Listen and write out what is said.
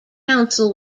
council